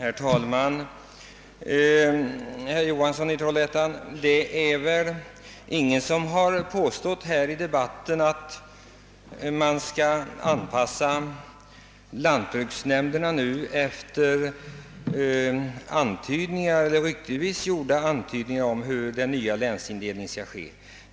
Herr talman! Herr Johansson i Trollhättan, det är väl ingen som här i debatten har påstått att lantbruksnämnderna skall anpassas efter ryktesvis framförda antydningar om hur den nya länsindelningen skall ske.